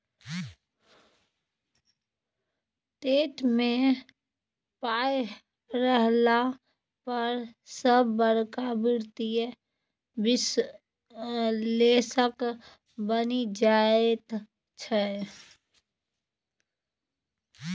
TET मे पाय रहला पर सभ बड़का वित्तीय विश्लेषक बनि जाइत छै